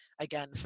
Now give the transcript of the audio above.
again